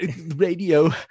radio